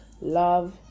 Love